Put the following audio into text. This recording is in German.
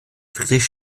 friedrich